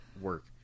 work